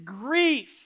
grief